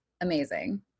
amazing